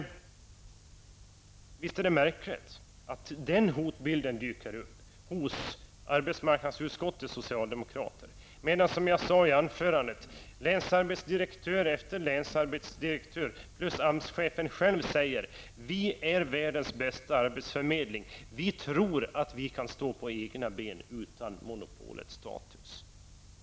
Visst är det märkligt att den här hotbilden dyker upp hos arbetsmarknadsutskottets socialdemokrater, medan länsarbetsdirektör efter länsarbetsdirektör plus AMS-chefen själv säger, som jag sade i mitt anförande: ''Vi är världens bästa arbetsförmedling. Vi tror att vi kan stå på egna ben utan monopolets status.''